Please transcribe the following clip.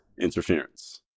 interference